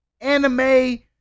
anime